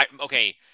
okay